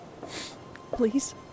Please